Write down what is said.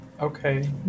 Okay